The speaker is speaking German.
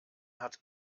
hat